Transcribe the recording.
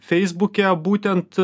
feisbuke būtent